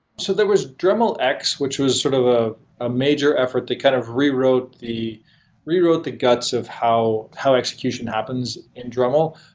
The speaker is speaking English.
so there was dremel x, which was sort of ah a major effort to kind of reroute the reroute the guts of how how execution happens in dremel.